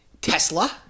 Tesla